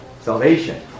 Salvation